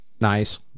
nice